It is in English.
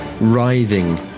writhing